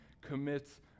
commits